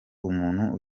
umuntu